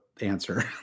Answer